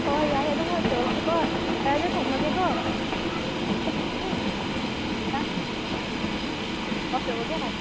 ꯍꯣꯏ ꯑꯗꯨꯃꯥꯏ ꯇꯧꯔꯁꯤꯀꯣ ꯌꯥꯔꯦ ꯑꯗꯨꯗꯤ ꯊꯝꯃꯒꯦꯀꯣ ꯑꯣꯐ ꯇꯧꯔꯒꯦ